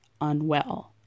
unwell